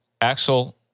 Axel